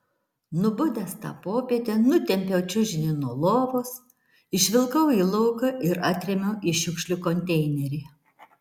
nubudęs tą popietę nutempiau čiužinį nuo lovos išvilkau į lauką ir atrėmiau į šiukšlių konteinerį